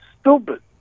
stupid